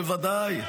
בוודאי.